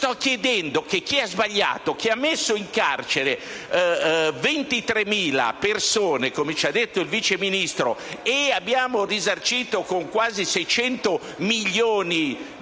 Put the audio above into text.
nei confronti di chi ha sbagliato ed ha messo in carcere 23.000 persone, come ci ha detto il vice Ministro, che abbiamo risarcito con quasi 600 milioni di euro,